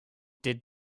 did